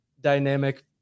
dynamic